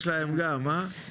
יש להם גם, אה?